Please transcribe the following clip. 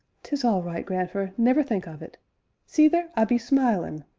tis all right, grandfer, never think of it see there, i be smilin'!